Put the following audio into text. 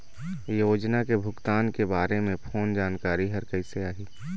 योजना के भुगतान के बारे मे फोन जानकारी हर कइसे आही?